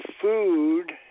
food